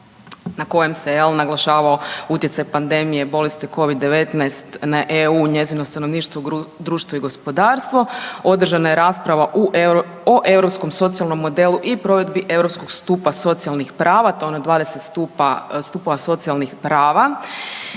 na kojem se, jel' naglašavao utjecaj pandemije, bolesti covid 19 na EU i njezino stanovništvo, društvo i gospodarstvo. Održana je rasprava o Europskom socijalnom modelu i provedbi europskog stupa socijalnih prava, to je ono 20 stupova socijalnih prava